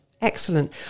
Excellent